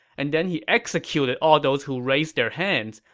and then he executed all those who raised their hands,